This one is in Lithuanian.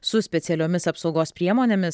su specialiomis apsaugos priemonėmis